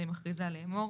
אני מכריזה לאמור: